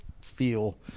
feel